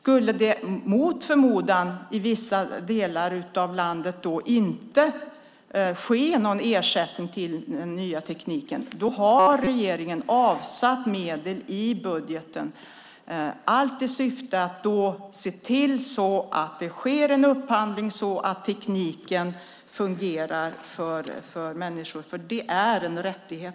Om det i vissa delar av landet mot förmodan inte görs någon ersättning med ny teknik har regeringen avsatt medel i budgeten för att se till att det görs en upphandling så att tekniken fungerar.